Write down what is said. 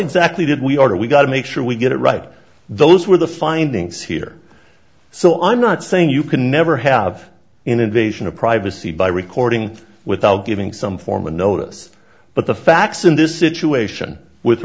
exactly did we order we've got to make sure we get it right those were the findings here so i'm not saying you can never have an invasion of privacy by recording without giving some formal notice but the facts in this situation with